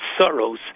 sorrows